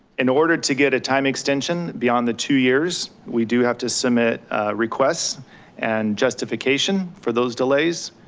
in order to get a time extension beyond the two years, we do have to submit requests and justification for those delays.